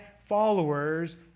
followers